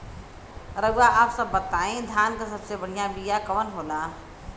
रउआ आप सब बताई धान क सबसे बढ़ियां बिया कवन होला?